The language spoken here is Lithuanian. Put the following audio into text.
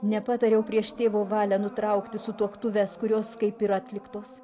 nepatariau prieš tėvo valią nutraukti sutuoktuves kurios kaip ir atliktos